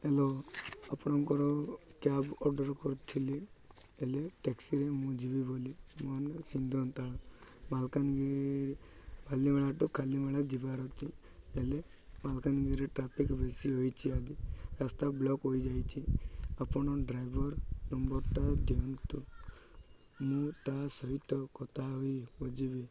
hello ଆପଣଙ୍କର cab order କରୁଥିଲି ହେଲେ ଟ୍ୟାକ୍ସିରେ ମୁଁ ଯିବି ବୋଲି ମୋ ନାଁ ମାଲକାନଗିରି ବାଲିମେଳା ଠୁ କାଲିମେଳା ଯିବାର ଅଛି ହେଲେ ମାଲକାନଗିରିରେ ଟ୍ରାଫିକ୍ ବେଶୀ ହୋଇଛି ଆଦି ରାସ୍ତା ବ୍ଲକ୍ ହୋଇଯାଇଛି ଆପଣ ଡ୍ରାଇଭର୍ ନମ୍ବରଟା ଦିଅନ୍ତୁ ମୁଁ ତା' ସହିତ କଥା ହୋଇ ଯିବି